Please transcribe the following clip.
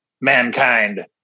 mankind